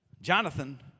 Jonathan